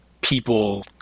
people